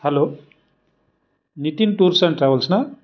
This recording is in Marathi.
hello Nitin tours and travels ना